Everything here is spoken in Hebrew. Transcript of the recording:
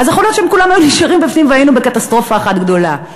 יכול להיות שכולן היו נשארות בפנים והיינו בקטסטרופה אחת גדולה.